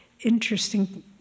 interesting